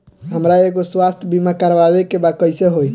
हमरा एगो स्वास्थ्य बीमा करवाए के बा कइसे होई?